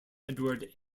edward